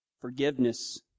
Forgiveness